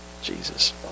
Jesus